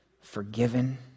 forgiven